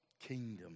Kingdom